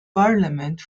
parliament